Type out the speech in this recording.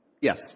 Yes